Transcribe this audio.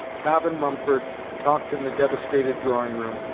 cobb and mumford talked in the devastated drawing-room,